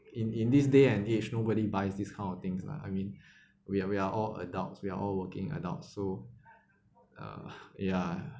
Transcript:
in in this day and age nobody buys these kind of things lah I mean we are we are all adults we are all working adults so uh ya